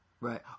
Right